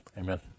Amen